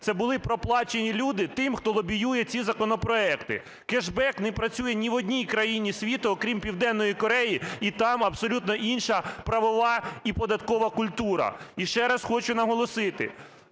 Це були проплачені люди тим, хто лобіює ці законопроекти. Кешбек не працює ні в одній країні світу, окрім Південної Кореї і там абсолютно інша правова і податкова культура. І ще раз хочу наголосити,